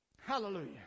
Hallelujah